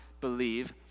believe